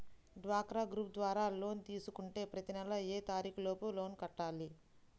డ్వాక్రా గ్రూప్ ద్వారా లోన్ తీసుకుంటే ప్రతి నెల ఏ తారీకు లోపు లోన్ కట్టాలి?